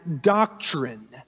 doctrine